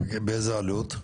באיזו עלות?